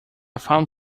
found